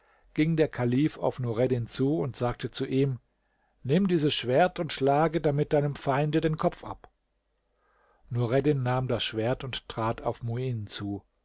ging der kalif auf nureddin zu und sagte zu ihm nimm dieses schwert und schlage damit deinem feinde den kopf ab nureddin nahm das schwert und trat auf muin zu